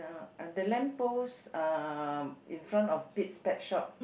uh and the lamp post uh in front of Pete's pet shop